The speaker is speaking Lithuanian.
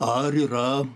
ar yra